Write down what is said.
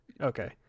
Okay